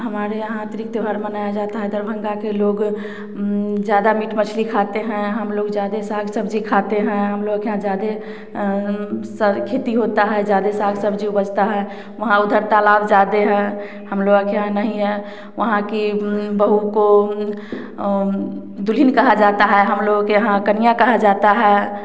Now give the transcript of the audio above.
हमारे यहाँ अतिरिक्त त्योहार मनाया जाता है दरभंगा के लोग ज़्यादा मीट मछली खाते हैं हम लोग ज़्यादा साग सब्जी खाते हैं हम लोग के यहाँ ज़्यादा सब्जी भी होता है ज़्यादा साग सब्जी उपजता है वहाँ उधर तालाब ज़्यादा है हम लोग के यहाँ नहीं है वहाँ की बहु को दुल्हिन कहा जाता है हम लोग के यहाँ कन्या कहा जाता हैं